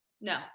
No